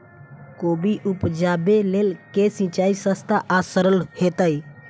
कोबी उपजाबे लेल केँ सिंचाई सस्ता आ सरल हेतइ?